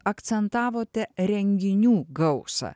akcentavote renginių gausą